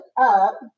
up